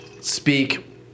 speak